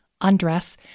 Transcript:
undress